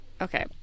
okay